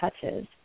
touches